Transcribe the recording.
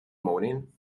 morning